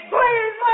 Please